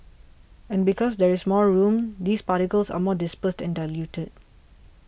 and because there is more room these particles are more dispersed and diluted